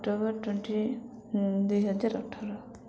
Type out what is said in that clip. October twenty ଦୁଇହଜାର ଅଠର